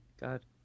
god